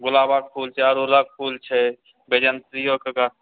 गुलाबक फूल छै अड़हूलक फूल छै वैज्यन्तियोके गाछ